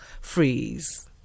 Freeze